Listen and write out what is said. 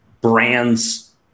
brands